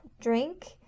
drink